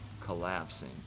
collapsing